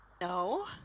No